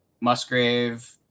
Musgrave